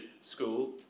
school